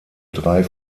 drei